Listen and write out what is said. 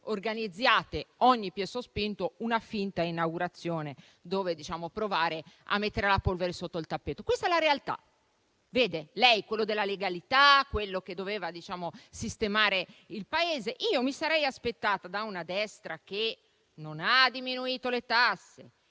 organizziate ad ogni piè sospinto una finta inaugurazione per provare a mettere la polvere sotto il tappeto). Questa è la realtà. Lei è quello della legalità, quello che doveva sistemare il Paese e mi sarei aspettata, da una destra che non ha diminuito le tasse,